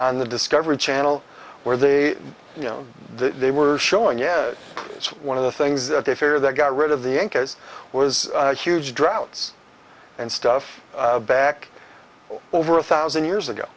on the discovery channel where they you know they were showing yeah one of the things that they fear that got rid of the incas was huge droughts and stuff back over a thousand years ago